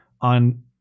on